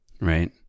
Right